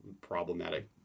problematic